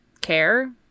care